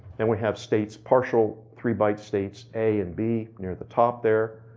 then we have states, partial three bytes states a and b, near the top there,